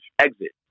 exit